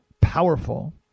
powerful